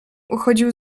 uchodził